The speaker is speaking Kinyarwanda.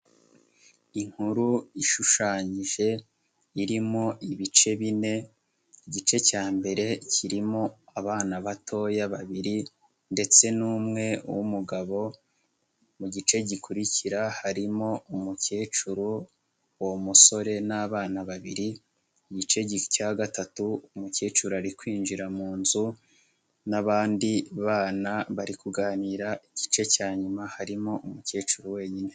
Inkuru ishushanyije irimo ibice bine, igice cya mbere kirimo abana batoya babiri ndetse n'umwe w'umugabo, mu gice gikurikira harimo umukecuru, uwo musore n'abana babiri, igice cya gatatu umukecuru ari kwinjira mu nzu n'abandi bana bari kuganira, igice cya nyuma harimo umukecuru wenyine.